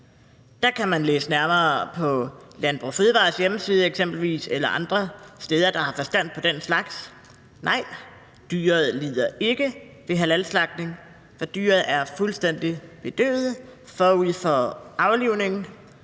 Det kan man læse nærmere om på eksempelvis Landbrug & Fødevarers hjemmeside eller andre steder, hvor man har forstand på den slags. Nej, dyret lider ikke ved halalslagtning, for dyret er fuldstændig bedøvet forud for aflivningen.